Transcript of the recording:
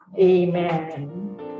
Amen